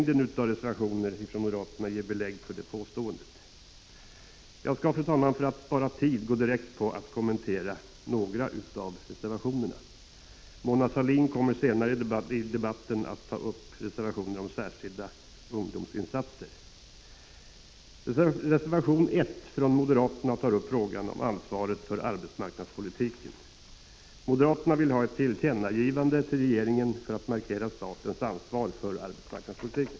Det stora antalet moderatreservationer ger belägg för detta påstående. Jag skall, fru talman, för att spara tid gå direkt på att kommentera några av reservationerna. Mona Sahlin kommer senare i debatten att beröra de reservationer som gäller särskilda ungdomsinsatser. Reservation 1 från moderaterna tar upp frågan om ansvaret för arbetsmarknadspolitiken. Moderaterna vill ha ett tillkännagivande till regeringen för att markera att det är staten som har detta ansvar.